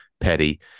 petty